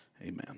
amen